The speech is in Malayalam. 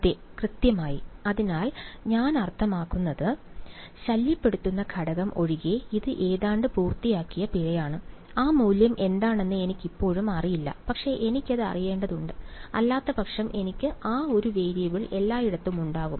അതെ കൃത്യമായി അതിനാൽ ഞാൻ അർത്ഥമാക്കുന്നത് ശല്യപ്പെടുത്തുന്ന ഘടകം ഒഴികെ ഇത് ഏതാണ്ട് പൂർത്തിയാക്കിയ പിഴയാണ് ആ മൂല്യം എന്താണെന്ന് എനിക്കിപ്പോഴും അറിയില്ല പക്ഷേ എനിക്കത് അറിയേണ്ടതുണ്ട് അല്ലാത്തപക്ഷം എനിക്ക് ആ ഒരു വേരിയബിൾ എല്ലായിടത്തും ഉണ്ടാകും